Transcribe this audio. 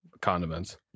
condiments